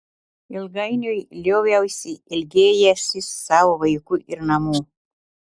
ilgainiui lioviausi ilgėjęsis savo vaikų ir namų